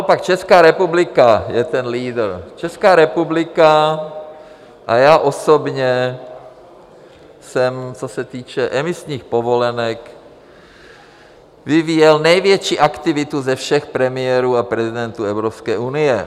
Naopak Česká republika je ten lídr, Česká republika, a já osobně jsem, co se týče emisních povolenek, vyvíjel největší aktivitu ze všech premiérů a prezidentů Evropské unie.